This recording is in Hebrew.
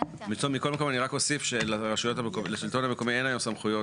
אני רק אוסיף שלשלטון המקומי אין היום סמכויות,